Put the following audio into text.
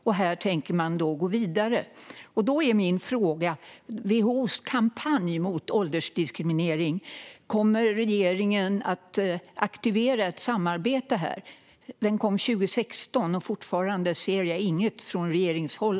Regeringen tänker sig gå vidare här. Min fråga gäller WHO:s kampanj mot åldersdiskriminering. Kommer regeringen att aktivera ett samarbete om det? Kampanjen startade 2016, och jag ser fortfarande inget om detta från regeringshåll.